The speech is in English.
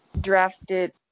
drafted